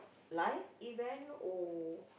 life event or